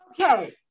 Okay